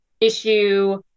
issue